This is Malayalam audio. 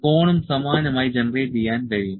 കോണും സമാനമായി ജനറേറ്റ് ചെയ്യാൻ കഴിയും